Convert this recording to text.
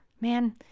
Man